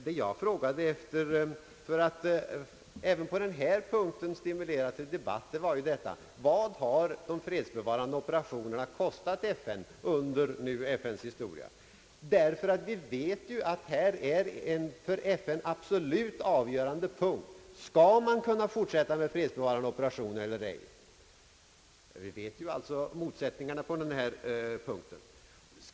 Vad jag frågade om — för att även på den punkten stimulera till debatt — var detta: Vad har de fredsbevarande operationerna kostat FN under dess historia? Vi vet ju att det är en för FN absolut avgörande punkt, om FN skall kunna fortsätta med fredsbevarande operationer eller ej. Vi känner också till motsättningarna på den här punkten.